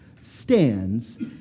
stands